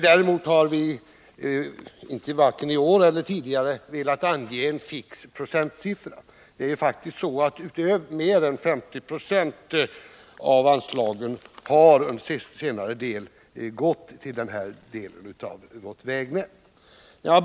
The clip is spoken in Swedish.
Däremot har vi varken i år eller tidigare velat ange en fix procentsiffra. Men det är faktiskt mer än 50 96 av anslagen som har gått till den här delen av vårt vägnät på senare tid.